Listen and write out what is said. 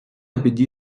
біді